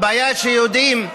הבעיה, שיודעים,